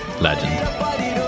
legend